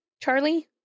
Charlie